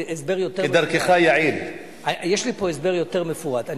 להיות שהיינו מאבדים פה את הערך של כל מה שיצא בעקבות אותה חשיפה.